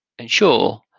Ensure